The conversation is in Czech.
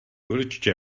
určitě